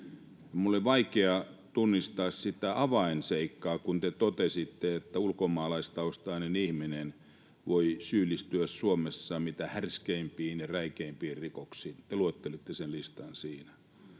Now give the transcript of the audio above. Minun on vaikea tunnistaa sitä avainseikkaa, kun te totesitte, että ulkomaalaistaustainen ihminen voi syyllistyä Suomessa mitä härskeimpiin ja räikeimpiin rikoksiin — te luettelitte sen listan siinä.